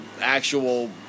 actual